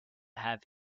have